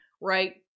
right